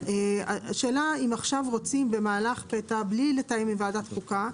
השאלה אם עכשיו רוצים, בלי לתאם עם ועדת חוקה,